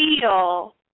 feel